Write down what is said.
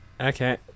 Okay